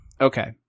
Okay